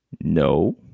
No